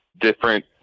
different